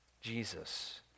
Jesus